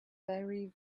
very